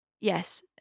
yes